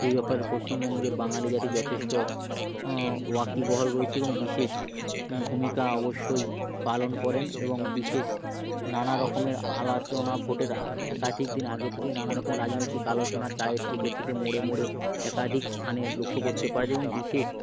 তো এই ব্যাপারে পশ্চিমবঙ্গের বাঙালি জাতি যথেষ্ট ওয়াকিবহল রয়েছে এবং বিশেষ ভূমিকা অবশ্যই পালন করেন এবং বিশেষ নানা রকমের আলোচনা ভোটের একাধিক দিন আগে থেকেই নানা রকম রাজনৈতিক আলোচনা চায়ের ঠেকে থেকে মোড়ে মোড়ে একাধিক স্থানে লক্ষ্য করতে পারা যায় এবং বিশেষ